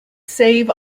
save